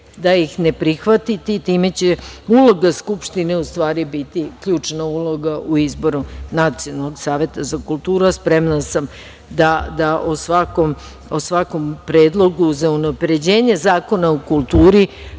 da ih ne prihvatite, i time će uloga skupštinska biti ključna uloga u izboru članova Nacionalnog saveta za kulturu. Spremna sam da o svakom predlogu za unapređenje Zakona o kulturi